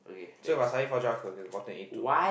so if I study for geog I could've gotten A two